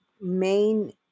main